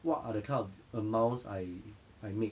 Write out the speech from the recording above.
what are the kind of amounts I I make